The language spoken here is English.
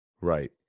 Right